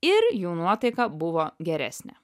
ir jų nuotaika buvo geresnė